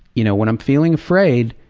you know when i'm feeling afraid,